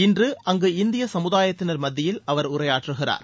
இன்று அங்கு இந்திய சமுதாயத்தினர் மத்தியில் அவர் உரையாற்றுகிறார்